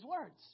words